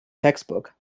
textbook